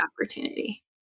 opportunity